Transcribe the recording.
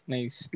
Nice